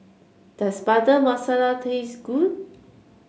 does Butter Masala taste good